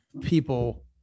people